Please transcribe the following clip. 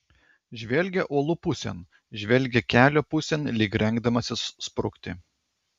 žvelgia uolų pusėn žvelgia kelio pusėn lyg rengdamasis sprukti